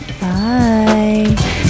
Bye